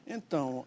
Então